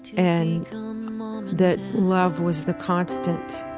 and um um that love was the constant